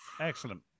Excellent